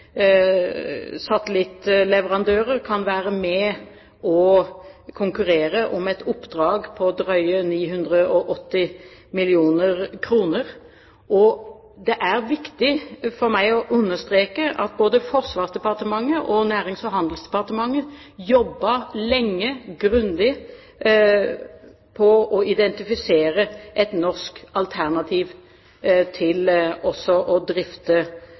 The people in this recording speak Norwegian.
satellittleverandører kan være med og konkurrere om et oppdrag på drøye 980 mill. kr. Det er viktig for meg å understreke at både Forsvarsdepartementet og Nærings- og handelsdepartementet lenge jobbet grundig med tanke på å identifisere et norsk alternativ til også å drifte